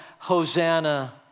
Hosanna